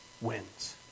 wins